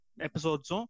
episodes